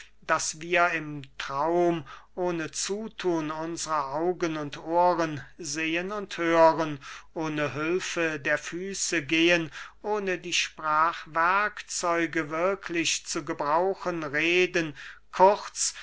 daß wir im traum ohne zuthun unsrer augen und ohren sehen und hören ohne hülfe der füße gehen ohne die sprachwerkzeuge wirklich zu gebrauchen reden kurz